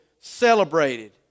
celebrated